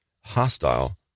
hostile